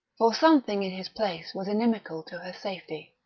for something in his place was inimical to her safety.